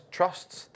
trusts